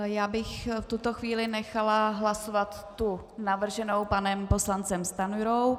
Já bych v tuto chvíli nechala hlasovat tu navrženou panem poslancem Stanjurou.